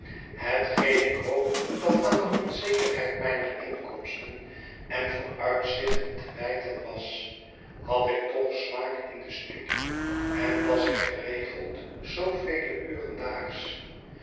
hetgeen ik hoop dat aan de onzekerheid mijner inkomsten en vooruitzichten te wijten was had ik toch smaak in de studie en las ik geregeld zoovele uren daags